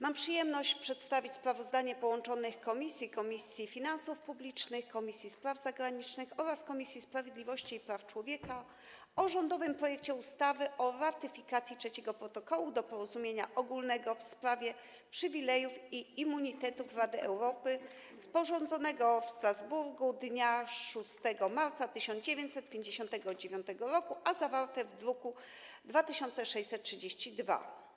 Mam przyjemność przedstawić sprawozdanie połączonych komisji: Komisji Finansów Publicznych, Komisji Spraw Zagranicznych oraz Komisji Sprawiedliwości i Praw Człowieka, o rządowym projekcie ustawy o ratyfikacji Trzeciego Protokołu do Porozumienia ogólnego w sprawie przywilejów i immunitetów Rady Europy, sporządzonego w Strasburgu dnia 6 marca 1959 r., a zawartego w druku nr 2632.